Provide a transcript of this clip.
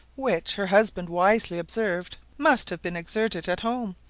which, her husband wisely observed, must have been exerted at home,